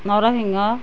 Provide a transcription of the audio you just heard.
নৰসিংহ